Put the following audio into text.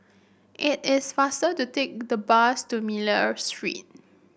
it is faster to take the bus to Miller Street